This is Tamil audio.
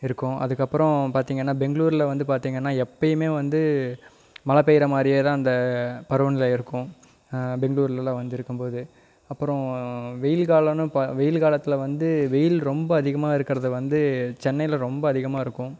இருக்கும் அதுக்கப்புறம் பார்த்திங்கன்னா பெங்களூர்ல வந்து பார்த்திங்கன்னா எப்பவுமே வந்து மழை பெய்கிறமாரியே தான் அந்த பருவநிலை இருக்கும் பெங்களூர்லலாம் வந்து இருக்கும் போது அப்புறம் வெயில் காலம்னு பா வெயில் காலத்தில் வந்து வெயில் ரொம்ப அதிகமாக இருக்கிறது வந்து சென்னையில ரொம்ப அதிகமாக இருக்கும்